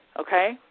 okay